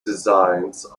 designs